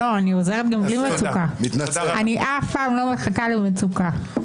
אני לעולם לא מחכה למצוקה.